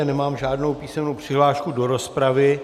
Nemám žádnou písemnou přihlášku do rozpravy.